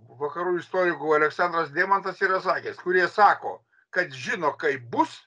vakarų istorikų aleksandras deimantas yra sakęs kurie sako kad žino kaip bus